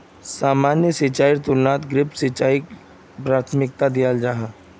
सामान्य सिंचाईर तुलनात ड्रिप सिंचाईक प्राथमिकता दियाल जाहा